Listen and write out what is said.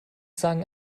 sagen